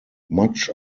much